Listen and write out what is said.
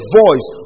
voice